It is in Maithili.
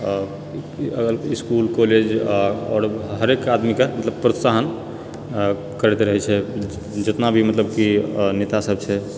आ इसकुल कॉलेज आ आओर हरेक आदमीकेँ मतलब प्रोत्साहन करैत रहैत छेै जितना भी मतलब कि नेता सब छै